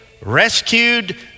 rescued